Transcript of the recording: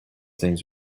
things